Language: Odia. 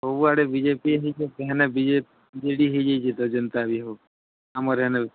ସବୁଆଡ଼େ ବି ଜେ ପି ହିଁ ଜିତୁଛି ହେଲେ ବିଜେ ବି ଜେ ଡ଼ି ହେଇ ଯାଇଛି ତ ଯେନ୍ତା ବି ହଉ ଆମର ଏନ